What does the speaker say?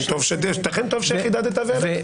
ולכן טוב שחידדת והעלית.